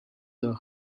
the